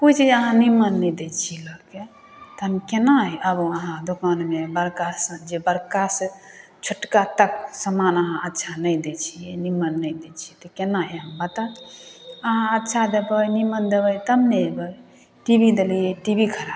कोइ चीज अहाँ निम्मन नहि दै छिए लोकके तऽ हम कोना आबू अहाँ दोकानमे बड़कासे बड़कासे छोटका तक समान अहाँ अच्छा नहि दै छिए निम्मन नहि दै छिए तऽ कोना आएब बताउ अहाँ अच्छा देबै निम्मन देबै तब ने अएबै टी भी देलिए टी भी खराब हो गेलै